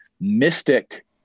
Mystic